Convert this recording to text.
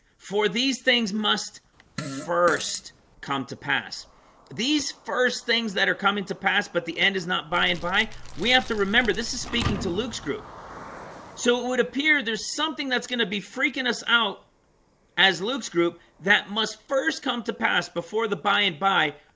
for these things must first come to pass these first things that are coming to pass but the end is not by and by we have to remember this is speaking to luke's group so it would appear there's something that's going to be freaking us out as luke's group that must first come to pass before the buy and buy,